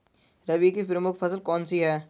रबी की प्रमुख फसल कौन सी है?